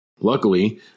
Luckily